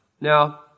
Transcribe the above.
Now